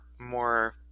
more